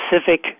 specific